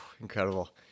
incredible